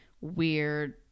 weird